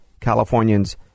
Californians